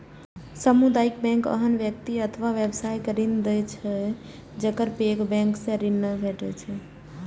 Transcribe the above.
सामुदायिक बैंक ओहन व्यक्ति अथवा व्यवसाय के ऋण दै छै, जेकरा पैघ बैंक सं ऋण नै भेटै छै